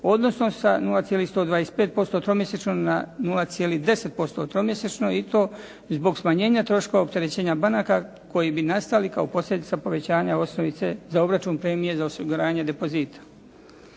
odnosno sa 0,125% tromjesečno na 0,10% tromjesečno i to zbog smanjenja troškova opterećenja banaka koji bi nastali kao posljedica povećanja osnovice za obračun premije za osiguranje depozita.